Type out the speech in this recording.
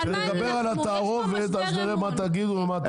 כשנדבר על התערובת אז נראה מה תגידו ומה תעשו.